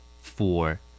Four